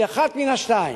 כי אחת מן השתיים: